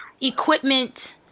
equipment